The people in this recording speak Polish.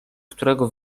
którego